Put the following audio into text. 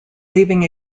leaving